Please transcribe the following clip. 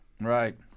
Right